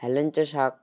হেলেঞ্চা শাক